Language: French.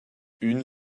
une